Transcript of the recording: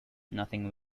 nothing